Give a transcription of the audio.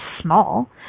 small